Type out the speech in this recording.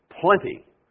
plenty